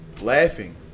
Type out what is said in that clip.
laughing